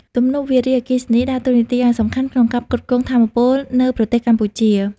ទំនប់វារីអគ្គិសនីដើរតួនាទីយ៉ាងសំខាន់ក្នុងការផ្គត់ផ្គង់ថាមពលនៅប្រទេសកម្ពុជា។